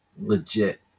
legit